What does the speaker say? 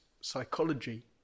psychology